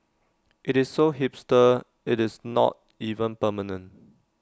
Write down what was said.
IT is so hipster IT is not even permanent